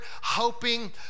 hoping